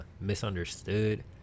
misunderstood